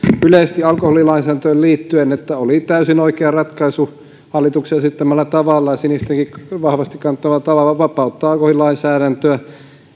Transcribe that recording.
yleisesti alkoholilainsäädäntöön liittyen että oli täysin oikea ratkaisu hallituksen esittämällä tavalla ja sinistenkin vahvasti kannattamalla tavalla vapauttaa alkoholilainsäädäntöä